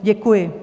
Děkuji.